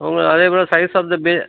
உங்களுக்கு அதேபோல் சைஸ் வந்து பே